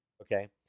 Okay